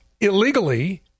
illegally